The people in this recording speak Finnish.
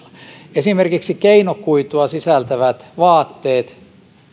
esimerkiksi keinokuitua sisältävät vaatteet